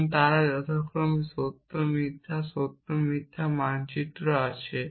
এবং তারা যথাক্রমে সত্য মিথ্যা সত্য মিথ্যা মানচিত্র আছে